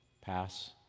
Pass